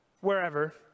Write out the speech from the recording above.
wherever